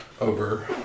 over